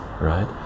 right